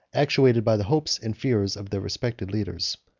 actuated by the hopes and fears of their respective leaders.